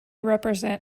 represent